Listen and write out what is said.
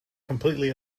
completely